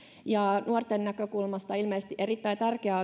ja nuorten näkökulmasta ilmeisesti erittäin tärkeää